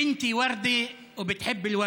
בתי פרח ואוהבת פרחים.